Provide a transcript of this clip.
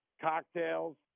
cocktails